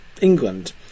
England